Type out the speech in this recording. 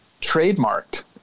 trademarked